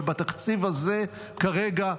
אבל בתקציב הזה כרגע,